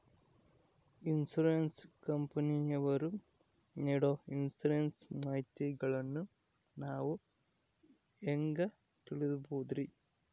Insurance ಕಂಪನಿಯವರು ನೇಡೊ insurance ಮಾಹಿತಿಗಳನ್ನು ನಾವು ಹೆಂಗ ತಿಳಿಬಹುದ್ರಿ?